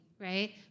right